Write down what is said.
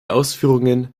ausführungen